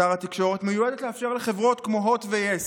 שר התקשורת, מיועדת לאפשר לחברות כמו הוט ויס